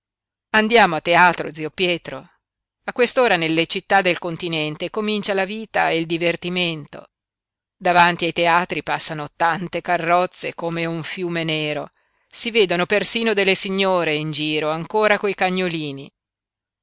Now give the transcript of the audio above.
andiamo a teatro zio pietro a quest'ora nelle città del continente comincia la vita e il divertimento davanti ai teatri passano tante carrozze come un fiume nero si vedono persino delle signore in giro ancora coi cagnolini